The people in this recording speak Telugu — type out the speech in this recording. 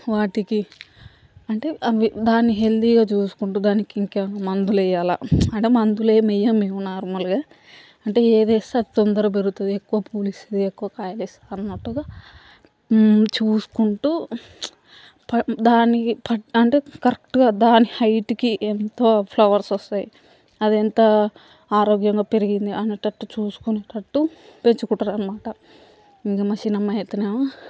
వాటికి అంటే అవి దాన్ని హెల్తీగా చూసుకుంటూ దానికి ఇంకేమైనా మందులు వెయ్యలా అంటే మందులు ఏమి వెయ్యము మేము నార్మల్గా అంటే ఏది వేస్తే అది తొందరగా పెరుగుతుంది ఎక్కువ పూలు ఇస్తుంది ఎక్కువ కాయలు ఇస్తుంది అన్నట్టుగా చూసుకుంటూ ప దానికి అంటే కరెక్ట్గా దాని హైట్కి ఎంతో ఫ్లవర్స్ వస్తాయి అదెంత ఆరోగ్యంగా పెరిగింది అనేటట్టు చూసుకునేటట్టు పెంచుకుంటారు అనమాట ఇంకా మా చిన్నమ్మాయి అయితేనేమో